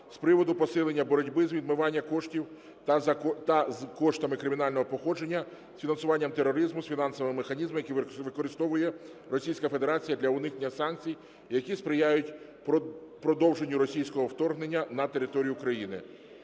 з приводу посилення боротьби з відмивання коштів та з коштами кримінального походження, з фінансуванням тероризму, з фінансовими механізмами, які використовує Російська Федерація для уникнення санкцій і які сприяють продовженню російського вторгнення на територію України.